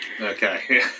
Okay